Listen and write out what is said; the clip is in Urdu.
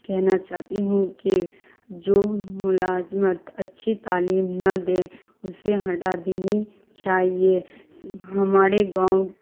کہنا چاہتی ہوں کہ جو ملازمت اچھی تعلیم نہ دے اسے ہٹا دینی چاہیے ہمارے گاؤں